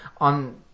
on